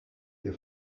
ihr